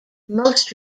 most